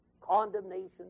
condemnation